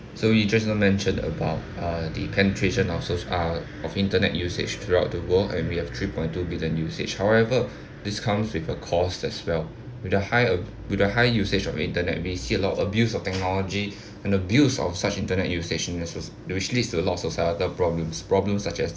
so you just now mentioned about uh the penetration of soc~ uh of internet usage throughout the world and we have three point two billion usage however this comes with a cost as well with the high uh with the high usage of internet we see a lot of abuse of technology and abuse of such internet usage in the soc~ which leads to a lot of societal problems problems such as